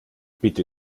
bitte